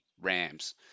Rams